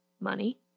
Money